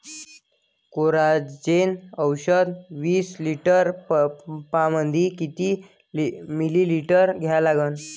Coragen औषध विस litre पंपामंदी किती मिलीमिटर घ्या लागन?